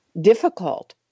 difficult